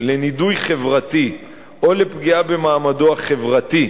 לנידוי חברתי או לפגיעה במעמדו החברתי,